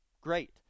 Great